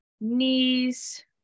knees